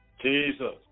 Jesus